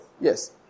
Yes